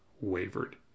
wavered